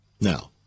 Now